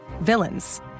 villains